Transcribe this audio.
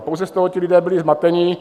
Pouze z toho ti lidé byli zmateni.